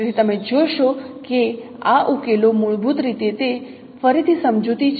તેથી તમે જોશો કે આ ઉકેલો મૂળભૂત રીતે તે ફરીથી સમજૂતી છે